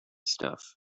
stuff